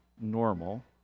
normal